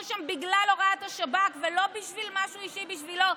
שם בגלל הוראת השב"כ ולא בשביל משהו אישי בשבילו.